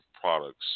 products